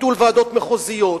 ביטול ועדות מחוזיות,